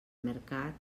mercat